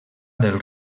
del